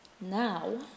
Now